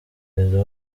perezida